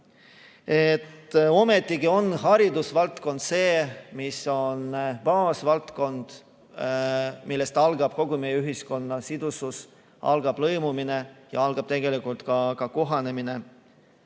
Ometigi on haridusvaldkond baasvaldkond, millest algab kogu meie ühiskonna sidusus, algab lõimumine ja algab tegelikult ka kohanemine.